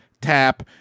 tap